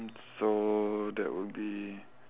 so that would be